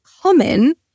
common